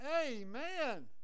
Amen